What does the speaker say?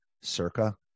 Circa